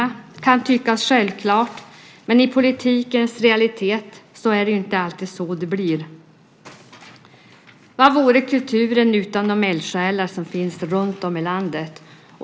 Det kan tyckas självklart, men i den politiska realiteten blir det inte alltid så. Vad vore kulturen utan de eldsjälar som finns runtom i landet?